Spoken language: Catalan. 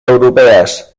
europees